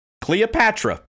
Cleopatra